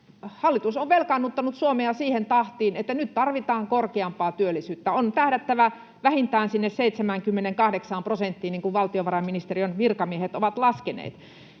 hallitus on velkaannuttanut Suomea siihen tahtiin, että nyt tarvitaan korkeampaa työllisyyttä. On tähdättävä vähintään sinne 78 prosenttiin, niin kuin valtiovarainministeriön virkamiehet ovat laskeneet.